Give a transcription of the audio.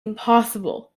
impossible